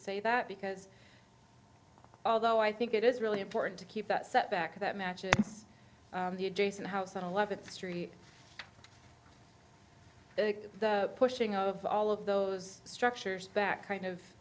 say that because although i think it is really important to keep that setback that matches the adjacent house that eleventh street the pushing of all of those structures back kind of